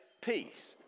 peace